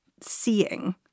seeing